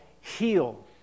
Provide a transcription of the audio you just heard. heal